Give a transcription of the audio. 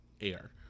air